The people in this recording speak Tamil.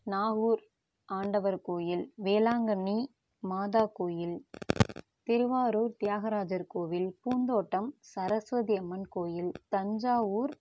நாகூர் ஆண்டவர் கோவில் வேளாங்கண்ணி மாதா கோவில் திருவாரூர் தியாகராஜர் கோவில் பூந்தோட்டம் சரஸ்வதி அம்மன் கோவில் தஞ்சாவூர்